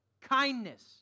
kindness